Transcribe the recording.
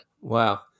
Wow